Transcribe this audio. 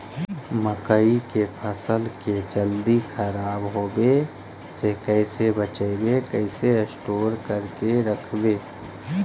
मकइ के फ़सल के जल्दी खराब होबे से कैसे बचइबै कैसे स्टोर करके रखबै?